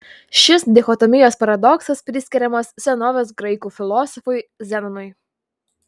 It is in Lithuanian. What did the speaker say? šis dichotomijos paradoksas priskiriamas senovės graikų filosofui zenonui